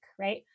right